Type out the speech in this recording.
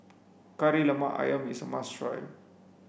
Kari Lemak Ayam is must try